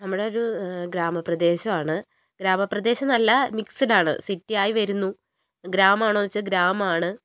നമ്മുടെ ഒരു ഗ്രാമപ്രദേശം ആണ് ഗ്രാമപ്രദേശം എന്നല്ല മിക്സഡ് ആണ് സിറ്റി ആയിവരുന്നു ഗ്രാമം ആണോ എന്ന് ചോദിച്ചാൽ ഗ്രാമം ആണ്